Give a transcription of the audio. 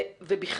אני